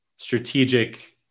strategic